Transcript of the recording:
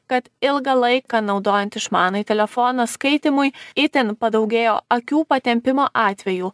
kad ilgą laiką naudojant išmanųjį telefoną skaitymui itin padaugėjo akių patempimo atvejų